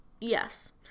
yes